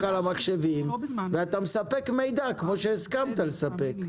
למחשבים ואתה מספק מידע כמו שהסכמת לספק.